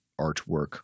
artwork